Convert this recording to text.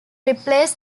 replace